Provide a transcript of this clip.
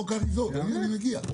רגע, הנה אני מגיע.